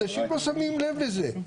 אנשים לא שמים לב לזה,